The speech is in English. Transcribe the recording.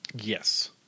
yes